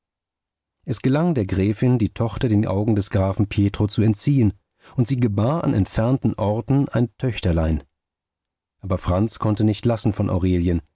es gelang der gräfin die tochter den augen des grafen pietro zu entziehen und sie gebar an entfernten orten ein töchterlein aber franz konnte nicht lassen von aurelien